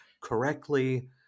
correctly